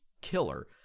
killer